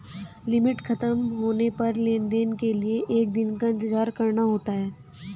limit खत्म होने पर लेन देन के लिए एक दिन का इंतजार करना होता है